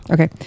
Okay